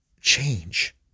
change